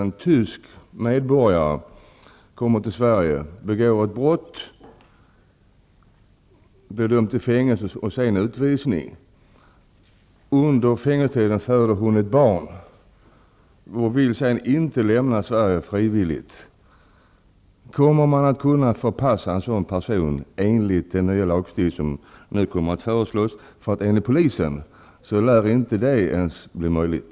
En kvinnlig tysk medborgare kommer till Sverige, begår ett brott, blir dömd till fängelse och sedan utvisning. Under fängelsetiden föder hon ett barn. Sedan vill hon inte lämna Sverige frivilligt. Kommer man att kunna förpassa en sådan person enligt den nya lagstiftning som nu kommer att föreslås? Enligt polisen lär det inte bli möjligt.